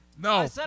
no